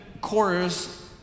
chorus